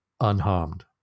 unharmed